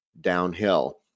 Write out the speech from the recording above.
downhill